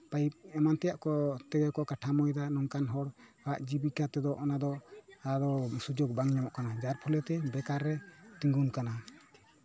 pipe ᱮᱢᱟᱱ ᱛᱮᱭᱟᱜ ᱠᱚ ᱛᱮᱜᱮ ᱠᱚ ᱠᱟᱴᱷᱟᱢᱳᱭ ᱫᱟ ᱱᱚᱝᱠᱟᱱ ᱦᱚᱲ ᱟᱜ ᱡᱤᱵᱤᱠᱟ ᱛᱮᱫᱚ ᱚᱱᱟᱫᱚ ᱟᱫᱚ ᱥᱩᱡᱳᱜ ᱵᱟᱝ ᱧᱟᱢᱚᱜ ᱠᱟᱱᱟ ᱡᱟᱨ ᱯᱷᱚᱞᱮᱛᱮ ᱵᱮᱠᱟᱨ ᱨᱮ ᱛᱤᱜᱩᱱ ᱠᱟᱱᱟ